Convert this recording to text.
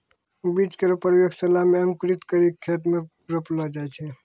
बीज केरो प्रयोगशाला म अंकुरित करि क खेत म रोपलो जाय छै